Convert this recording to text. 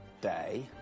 day